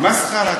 מסחרה.